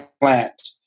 plant